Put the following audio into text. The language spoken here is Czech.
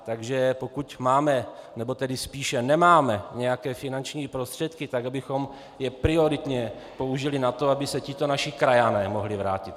Takže pokud máme nebo spíše nemáme nějaké finanční prostředky, tak abychom je prioritně použili na to, aby se tito naši krajané mohli vrátit.